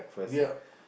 ya